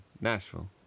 Nashville